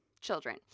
children